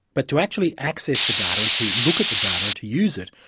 but to actually access the data and to look at the data and to use it,